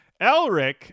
Elric